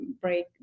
break